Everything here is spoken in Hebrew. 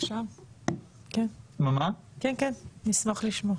כן נשמח לשמוע.